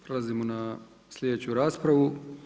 Prelazimo na sljedeću raspravu.